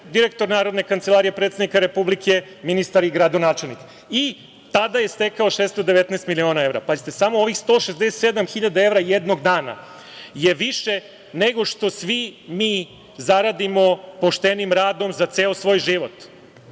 direktor Narodne kancelarije predsednika Republike, ministar i gradonačelnik. Tada je stekao 619 miliona evra. Pazite, samo ovih 167 hiljada evra jednog dana je više nego što svi mi zaradimo poštenim radom za ceo svoj život,